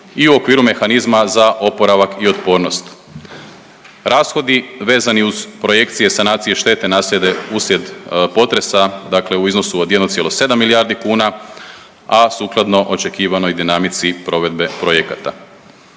i u okviru Mehanizma za oporavak i otpornost. Rashodi vezani uz projekcije sanacije štete nastale uslijed potresa u iznosu od 1,7 milijardi kuna, a sukladno očekivanoj dinamici provedbe projekata.